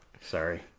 sorry